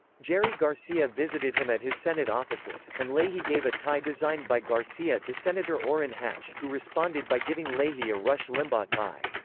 jerry garcia visited him at his senate offices, and leahy gave a tie designed by garcia to senator orrin hatch who responded by giving leahy a rush limbaugh tie.